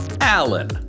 Alan